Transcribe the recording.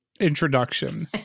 introduction